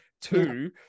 Two